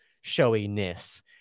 showiness